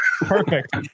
Perfect